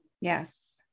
Yes